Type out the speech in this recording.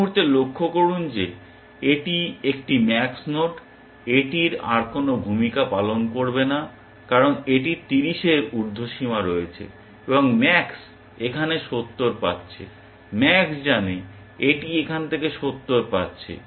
এই মুহুর্তে লক্ষ্য করুন যে এখানে এটি একটি ম্যাক্স নোড এটি আর কোনো ভূমিকা পালন করবে না কারণ এটির 30 এর উর্দ্ধ সীমা রয়েছে এবং ম্যাক্স এখান থেকে 70 পাচ্ছে ম্যাক্স জানে এটি এখান থেকে 70 পাচ্ছে